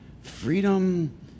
Freedom